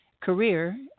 career